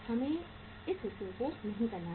हमें इस हिस्से को नहीं करना है